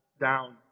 down